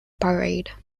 parade